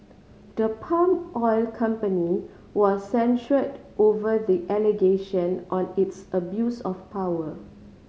the palm oil company was censured over the allegation on its abuse of power